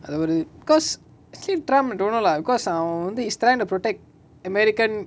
அது ஒரு:athu oru cause actually trump don't know lah because அவ வந்து:ava vanthu is trying to protect american